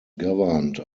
governed